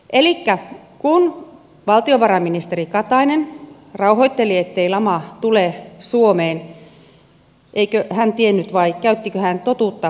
elikkä kun valtiovarainministeri katainen rauhoitteli ettei lama tule suomeen eikö hän tiennyt vai käyttikö hän totuutta säästeliäästi